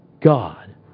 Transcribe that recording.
God